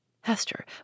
Hester